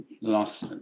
last